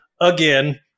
again